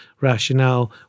rationale